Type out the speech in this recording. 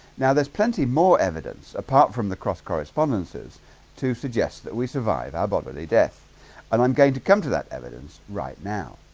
now there's plenty more evidence apart from the cross correspondences to suggest that we survive our bodily death and i'm going to come to that evidence right now